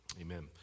Amen